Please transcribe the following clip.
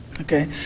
Okay